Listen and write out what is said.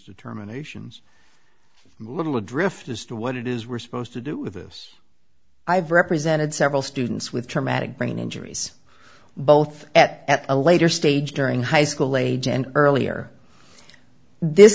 determinations little adrift as to what it is we're supposed to do with this i've represented several students with traumatic brain injuries both at a later stage during high school age and earlier this